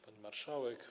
Pani Marszałek!